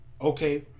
okay